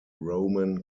roman